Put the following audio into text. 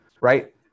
right